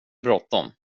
bråttom